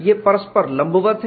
ये परस्पर लंबवत हैं